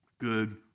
Good